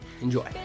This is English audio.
Enjoy